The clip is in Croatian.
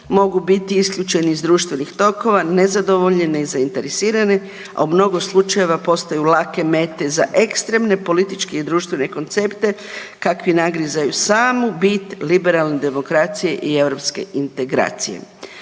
mogu biti isključeni iz društvenih tokova, nezadovoljni i nezainteresirani, a u mnogo slučajeva postaju lake mete za ekstremne političke i društvene koncepte kakvi nagrizaju samu bit liberalne demokracije i europske integracije.